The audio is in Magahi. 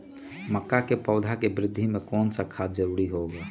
मक्का के पौधा के वृद्धि में कौन सा खाद जरूरी होगा?